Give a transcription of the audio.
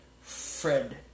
Fred